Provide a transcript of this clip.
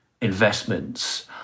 investments